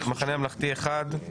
המחנה הממלכתי אחד,